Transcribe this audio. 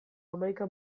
hamaika